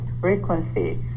frequency